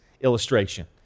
illustration